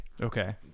Okay